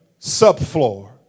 subfloor